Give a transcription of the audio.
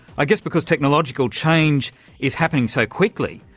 i guess because technological change is happening so quickly.